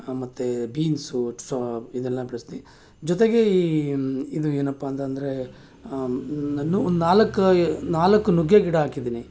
ಮತ್ತು ಬೀನ್ಸು ಸಹ ಇದೆಲ್ಲ ಬೆಳೆಸ್ತೀನಿ ಜೊತೆಗೆ ಏನು ಇದು ಏನಪ್ಪ ಅಂತ ಅಂದ್ರೆ ನಾನು ನಾಲ್ಕು ನಾಲ್ಕು ನುಗ್ಗೆ ಗಿಡ ಹಾಕಿದ್ದೀನಿ